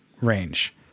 range